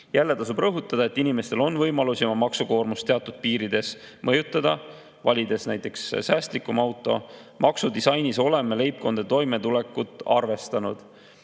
Jälle tasub rõhutada, et inimestel on võimalik oma maksukoormust teatud piirides mõjutada, valides näiteks säästlikuma auto. Maksudisainis oleme leibkondade toimetulekut arvestanud.